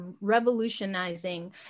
revolutionizing